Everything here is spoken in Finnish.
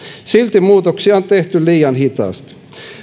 silti muutoksia on tehty liian hitaasti